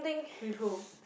with who